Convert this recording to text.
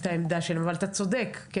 כי בסוף אתם אלה שמגיעים לשופט וממליצים, לא?